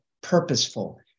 purposeful